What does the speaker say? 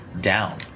down